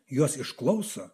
juos išklauso